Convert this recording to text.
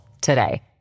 today